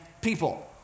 people